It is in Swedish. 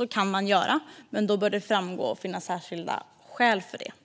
Så kan man göra, men då bör det framgå och finnas särskilda skäl för det.